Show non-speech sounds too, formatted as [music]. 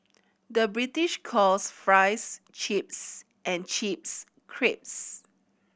the British calls fries chips and chips [unintelligible]